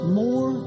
more